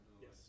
Yes